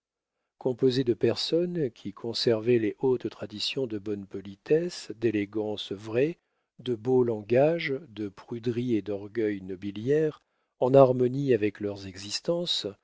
composées de personnes qui conservaient les hautes traditions de bonne politesse d'élégance vraie de beau langage de pruderie et d'orgueil nobiliaires en harmonie avec leurs existences